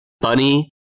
bunny